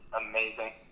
amazing